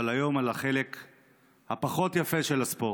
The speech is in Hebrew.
אבל היום על החלק הפחות-יפה של הספורט: